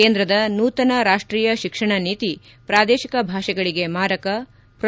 ಕೇಂದ್ರದ ನೂತನ ರಾಷ್ಷೀಯ ಶಿಕ್ಷಣ ನೀತಿ ಪ್ರಾದೇಶಿಕ ಭಾಷೆಗಳಿಗೆ ಮಾರಕ ಪ್ರೊ